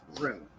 room